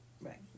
Right